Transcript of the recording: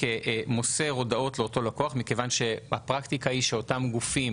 מוסר הודעות לאותו לקוח מכיוון שהפרקטיקה היא שאותם גופים